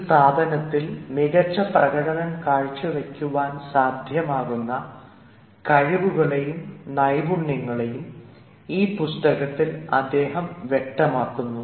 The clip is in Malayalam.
ഒരു സ്ഥാപനത്തിൽ മികച്ച പ്രകടനം കാഴ്ചവയ്ക്കാൻ സാധ്യമാകുന്ന കഴിവുകളെയും നൈപുണ്യങ്ങളെയും ഈ പുസ്തകത്തിൽ അദ്ദേഹം വ്യക്തമാക്കുന്നു